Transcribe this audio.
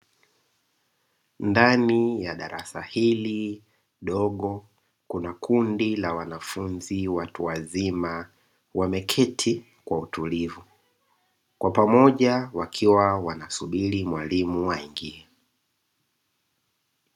Ndani ya darasa hili dogo, kuna kundi la wanafunzi watu wazima wameketi kwa utulivu, kwa pamoja wanasubiri mwalimu aingie.